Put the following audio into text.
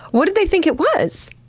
what did they think it was?